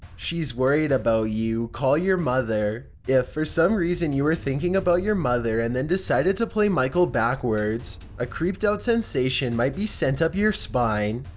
she's worried about you, call your mother. if for some reason you were thinking about your mother and then decided to play michael backwards, a creeped out sensation might be sent up your spine.